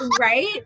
Right